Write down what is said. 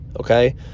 okay